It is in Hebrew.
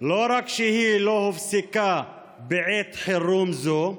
לא רק שלא הופסקה בעת חירום זו,